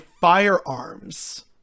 firearms